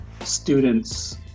students